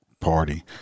party